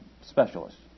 specialists